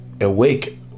awake